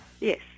Yes